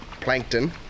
plankton